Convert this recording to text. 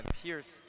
Pierce